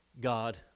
God